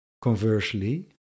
conversely